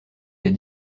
des